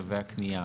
תווי הקניה.